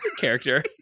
character